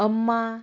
अम्मा